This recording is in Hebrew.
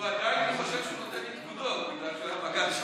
הוא עדיין חושב שהוא נותן לי פקודות בגלל שהוא היה המג"ד שלי.